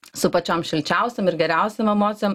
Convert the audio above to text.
su pačiom šilčiausiom ir geriausiom emocijom